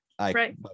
Right